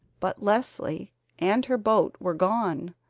but leslie and her boat were gone.